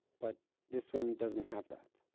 but this one doesn't have that.